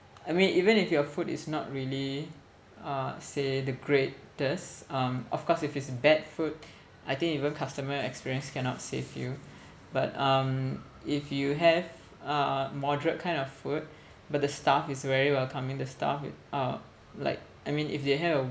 I mean even if your food is not really uh say the greatest um of course if it's bad food I think even customer experience cannot save you but um if you have uh moderate kind of food but the staff is very welcoming the staff uh like I mean if they have a